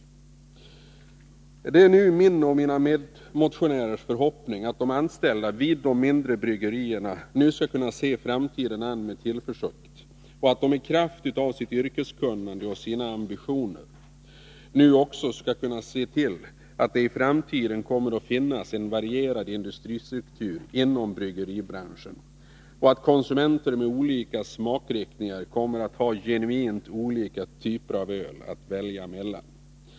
Det är min och mina medmotionärers förhoppning att de anställda vid de mindre bryggerierna nu skall kunna se framtiden an med tillförsikt, att de i kraft av sitt yrkeskunnande och sina ambitioner nu också skall kunna se till att det i framtiden kommer att finnas en varierad industristruktur inom bryggeribranschen och att konsumenter med olika smakriktningar kommer att ha genuint olika typer av öl att välja mellan.